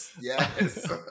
yes